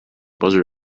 buzzard